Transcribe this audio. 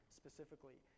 specifically